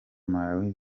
malawi